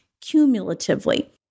cumulatively